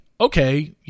okay